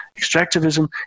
extractivism